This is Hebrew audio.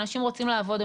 אנשים רוצים לעבוד,